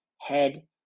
head